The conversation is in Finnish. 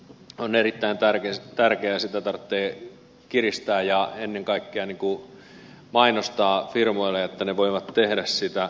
laajakaistahanke on erittäin tärkeä ja sitä tarvitsee kiristää ja ennen kaikkea mainostaa firmoille että ne voivat tehdä sitä